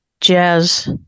jazz